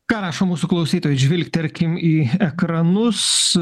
ką rašo mūsų klausytojai žvilgtelkim į ekranus